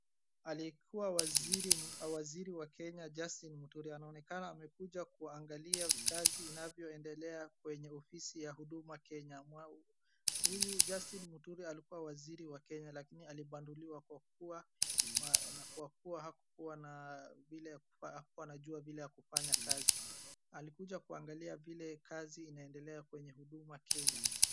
Aliyekuwa waziri wa kenya Justin Muturi anaonekana amekuja kuangalia kazi inavyoendelea kwenye ofisi ya huduma kenya. Huyu Justin Muturi alikuwa waziri wa kenya lakini alibanduliwa kwa kuwa na kwa kuwa hakuwa na vile hakuwa anajua vile ya hakufanya kazi alikuja kuangalia vile kazi inaendelea kwenye huduma kenya.